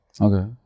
Okay